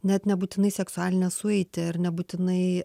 net nebūtinai seksualinę sueitį ar nebūtinai